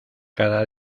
cada